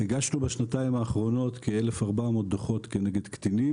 הגשנו בשנתיים האחרונות כ-1,400 דוחות כנגד קטינים,